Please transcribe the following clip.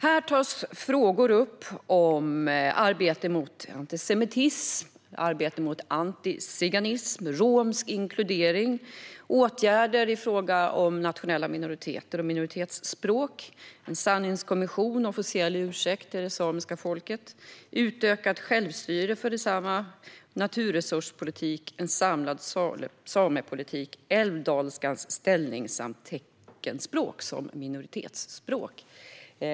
Här tas frågor upp som rör arbete mot antisemitism och antiziganism, romsk inkludering, åtgärder i fråga om nationella minoriteter och minoritetsspråk, en sanningskommission och en officiell ursäkt till det samiska folket, utökat självstyre för det samiska folket, naturresurspolitik, en samlad samepolitik, älvdalskans ställning samt teckenspråk som minoritetsspråk.